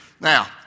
Now